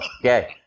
okay